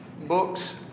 books